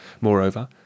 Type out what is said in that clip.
Moreover